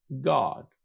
God